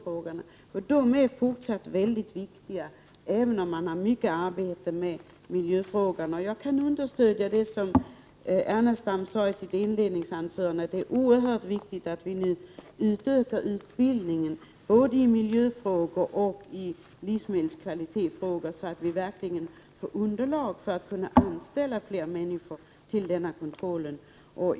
Dessa frågor är fortsatt väldigt viktiga, även om man har mycket arbete med miljöproblemen. Jag instämmer i det som Lars Ernestam sade i sitt inledningsanförande, att det är oerhört viktigt att utbildningen i såväl miljöfrågor som livsmedelskvalitetsfrågor utökas, så att vi verkligen får underlag för att kunna anställa fler människor till att utöva denna kontroll.